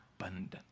abundant